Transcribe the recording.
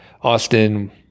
Austin